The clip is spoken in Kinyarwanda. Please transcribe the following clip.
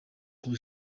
kuri